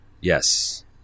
Yes